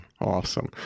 Awesome